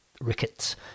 rickets